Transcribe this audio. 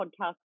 podcast